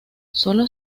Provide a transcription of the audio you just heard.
solo